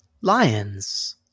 lions